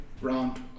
round